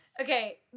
Okay